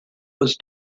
was